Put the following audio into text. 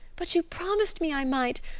but you promised me i might!